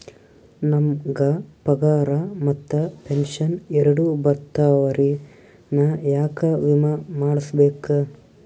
ನಮ್ ಗ ಪಗಾರ ಮತ್ತ ಪೆಂಶನ್ ಎರಡೂ ಬರ್ತಾವರಿ, ನಾ ಯಾಕ ವಿಮಾ ಮಾಡಸ್ಬೇಕ?